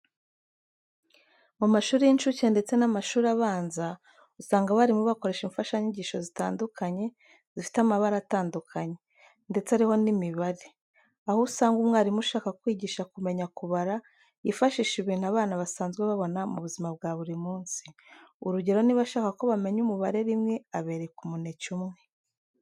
Mu mashuri y'incuke ndetse n'amashuri abanza, usanga abarimu bakoresha imfashanyigisho zitandukanye, zifite amabara atandukanye, ndetse ariho n'imibare. Aho usanga umwarimu ushaka kwigisha kumenya kubara yifashisha ibintu abana basanzwe babona mu buzima bwa buri munsi, urugero niba ashaka ko bamenya umubare rimwe abereka umuneke umwe.